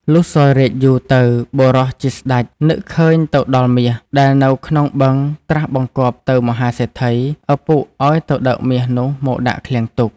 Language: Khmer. លុះសោយរាជ្យយូរ ទៅបុរសជាស្តេចនឹកឃើញទៅដល់មាស ដែលនៅក្នុងបឹងត្រាស់បង្គាប់ទៅមហាសេដ្ឋី ឪពុកអោយទៅដឹកមាសនោះមកដាក់ឃ្លាំងទុក ។